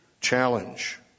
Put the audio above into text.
challenge